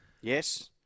Yes